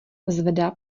zvedá